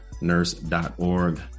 nurse.org